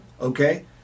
okay